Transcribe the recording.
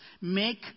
make